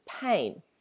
pain